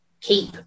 keep